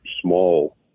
small